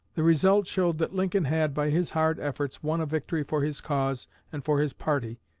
the result showed that lincoln had, by his hard efforts, won a victory for his cause and for his party,